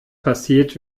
passiert